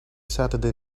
saturday